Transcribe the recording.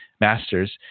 masters